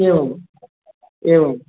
एवम् एवम्